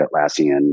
Atlassian